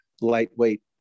lightweight